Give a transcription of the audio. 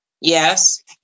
Yes